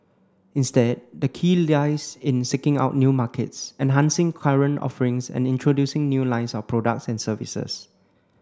instead the key lies in seeking out new markets enhancing current offerings and introducing new lines of products and services